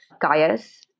Gaius